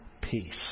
peace